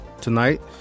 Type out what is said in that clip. tonight